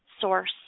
source